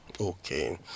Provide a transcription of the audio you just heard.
okay